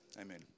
Amen